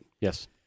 Yes